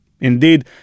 Indeed